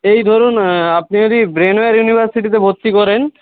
এই ধরুন আপনি যদি ব্রেনওয়্যার ইউনিভার্সিটিতে ভর্তি করেন